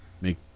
make